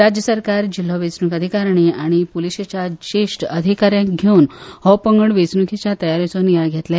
राज्य सरकार एक जिल्लो वेंचणूक अधिकारिणी आनी पुलिसेच्या ज्येश्ठ अधिकार्यांक घेवन हो पंगड वेंचणुकेच्या तयारेचो नियाळ घेतले